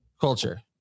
culture